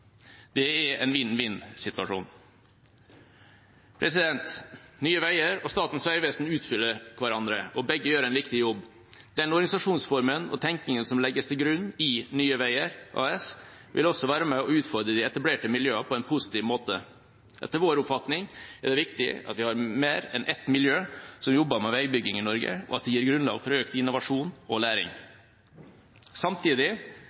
Det er en vinn-vinn-situasjon. Nye Veier og Statens vegvesen utfyller hverandre, og begge gjør en viktig jobb. Den organisasjonsformen og tenkningen som legges til grunn i Nye Veier AS, vil også være med på å utfordre de etablerte miljøene på en positiv måte. Etter vår oppfatning er det viktig at vi har mer enn ett miljø som jobber med veibygging i Norge, og at det gir grunnlag for økt innovasjon og læring. Samtidig